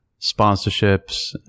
sponsorships